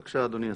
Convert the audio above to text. בבקשה, אדוני השר.